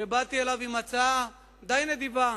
שבאתי אליו עם הצעה די נדיבה,